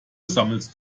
sammelst